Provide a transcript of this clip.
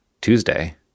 Tuesday